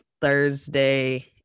Thursday